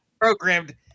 programmed